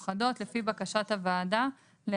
או בעבירה לפי חוק למניעת הטרדה מינית.